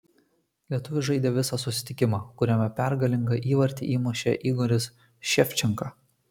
lietuvis žaidė visą susitikimą kuriame pergalingą įvartį įmušė igoris ševčenka